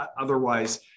otherwise